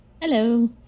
Hello